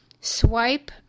swipe